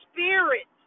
Spirit